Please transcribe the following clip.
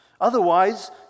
Otherwise